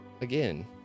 again